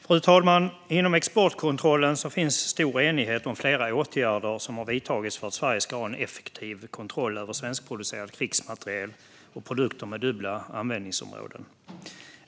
Fru talman! Inom exportkontrollen finns stor enighet om flera åtgärder som har vidtagits för att Sverige ska ha en effektiv kontroll över svenskproducerad krigsmateriel och produkter med dubbla användningsområden.